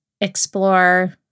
explore